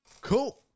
Cool